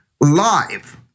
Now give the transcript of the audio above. live